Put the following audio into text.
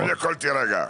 קודם כל תירגע.